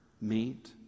meet